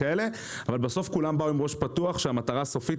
אבל בסוף כולם באו עם ראש פתוח כשהמטרה הסופית